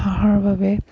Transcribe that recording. হাঁহৰ বাবে